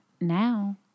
Now